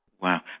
Wow